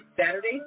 Saturday